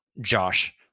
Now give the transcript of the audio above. Josh